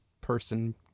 person